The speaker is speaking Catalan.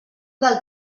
del